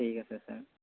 ঠিক আছে ছাৰ